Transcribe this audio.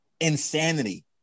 insanity